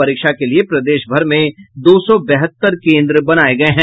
परीक्षा के लिए प्रदेश भर में दो सौ बहत्तर केन्द्र बनाये गये हैं